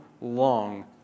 long